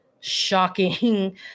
shocking